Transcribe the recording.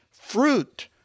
fruit